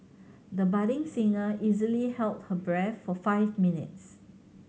the budding singer easily held her breath for five minutes